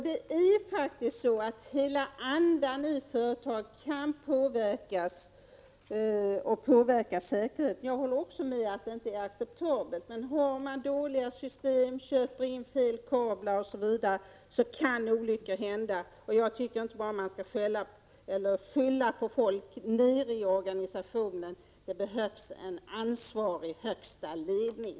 Det är faktiskt så att hela andan i ett företag kan påverkas, och detta i sin tur påverkar säkerheten. Jag håller också med om att det inte är acceptabelt, att man har dåliga system, köper in fel kablar osv., för då kan olyckor hända. Man skall inte bara skylla på folk långt ner i organisationen, det behövs en ansvarig högsta ledning.